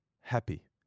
happy